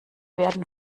werden